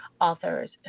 authors